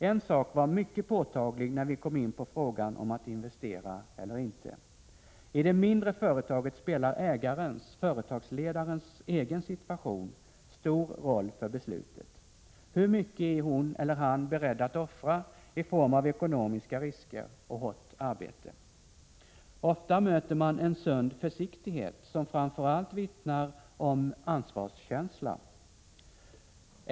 En sak var mycket påtaglig när vi kom in på frågan om att investera eller inte. I det mindre företaget spelar ägarens eller företagsledarens egen situation stor roll för beslutet. Hur mycket är hon eller han beredd att offra i form av ekonomiska risker och hårt arbete? Ofta möter man en sund försiktighet som framför allt vittnar om ansvarskänsla.